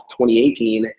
2018